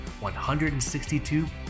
162